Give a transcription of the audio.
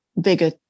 bigger